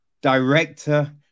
director